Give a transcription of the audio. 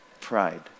pride